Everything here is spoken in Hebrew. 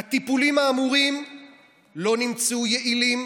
"הטיפולים האמורים לא נמצאו יעילים,